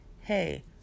hey